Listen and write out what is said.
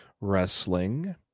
wrestling